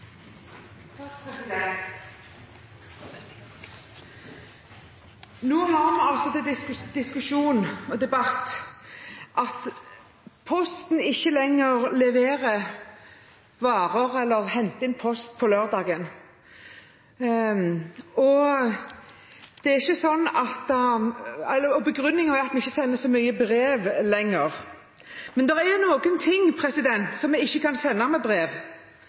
vi til diskusjon og debatt at Posten ikke lenger leverer varer og henter post på lørdager. Begrunnelsen er at vi ikke sender så mange brev lenger. Men det er jo noen ting som vi ikke kan sende med brev.